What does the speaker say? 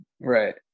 Right